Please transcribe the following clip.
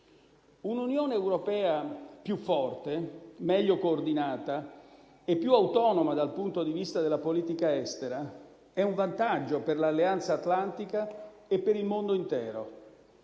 Un'Unione europea più forte, meglio coordinata e più autonoma dal punto di vista della politica estera è un vantaggio per l'Alleanza atlantica e per il mondo intero.